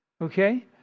Okay